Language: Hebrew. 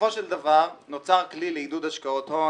בסופו של דבר נוצר כלי לעידוד השקעות הון